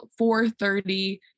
4.30